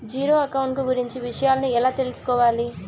Zero account కు గురించి విషయాలను ఎలా తెలుసుకోవాలి?